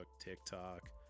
TikTok